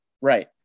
Right